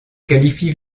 qualifie